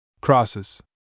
Crosses